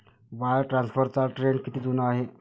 Wire ट्रान्सफरचा trend किती जुना आहे?